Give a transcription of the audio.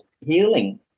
healing